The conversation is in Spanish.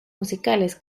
musicales